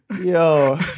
Yo